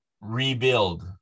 rebuild